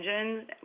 Engine